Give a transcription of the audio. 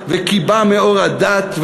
וכיבה מאור הדת,